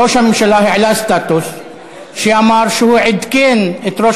ראש הממשלה העלה סטטוס שאמר שהוא עדכן את ראש